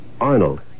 Arnold